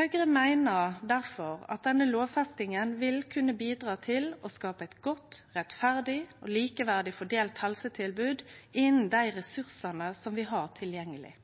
Høgre meiner at denne lovfestinga vil kunne bidra til å skape eit godt, rettferdig og likeverdig fordelt helsetilbod innanfor dei